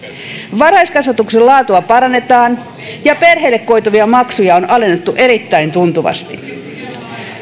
varhaiskasvatuksen laatua parannetaan ja perheille koituvia maksuja on alennettu erittäin tuntuvasti